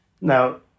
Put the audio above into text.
Now